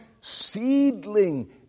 seedling